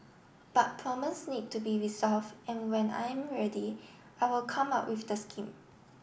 but need to be resolved and when I am ready I will come out with the scheme